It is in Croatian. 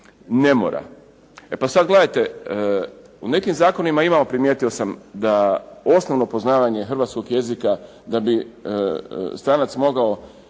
ne mora. E pa sad gledajte, u nekim zakonima imamo, primijetio sam da osnovno poznavanje hrvatskog jezika da bi stranac mogao